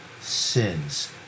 sins